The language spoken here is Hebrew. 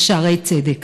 בשערי צדק.